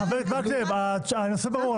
חבר הכנסת מקלב, הנושא ברור.